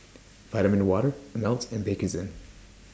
Vitamin Water Ameltz and Bakerzin